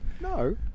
No